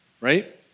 right